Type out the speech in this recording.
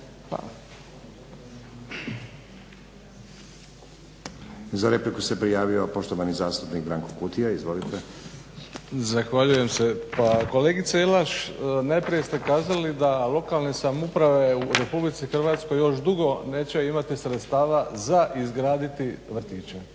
(SDP)** Za repliku se prijavio poštovani zastupnik Branko Kutija. Izvolite. **Kutija, Branko (HDZ)** Zahvaljujem se. Pa kolegice Jelaš najprije ste kazali da lokalne samouprave u RH još dugo neće imati sredstava za izgraditi vrtiće.